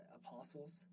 apostles